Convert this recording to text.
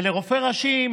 לרופא ראשי,